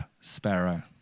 Sparrow